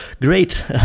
great